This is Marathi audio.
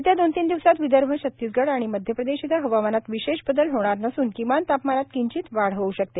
येत्या दोन तीन दिवसात विदर्भ छत्तीसगढ आणि मध्यप्रदेश इथं हवामानात विशेष बदल होणार नसून किमान तापमानात किंचित वाढ होऊ शकते